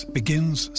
begins